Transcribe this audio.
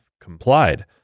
complied